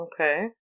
Okay